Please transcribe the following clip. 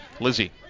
Lizzie